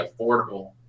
affordable